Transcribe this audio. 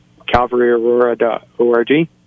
calvaryaurora.org